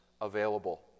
available